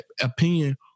opinion